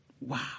Wow